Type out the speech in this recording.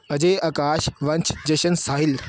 Ajay Akash Vansh Jashan Sahil